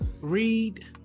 read